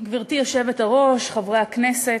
גברתי היושבת-ראש, חברי הכנסת,